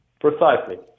Precisely